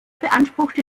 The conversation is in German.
beanspruchte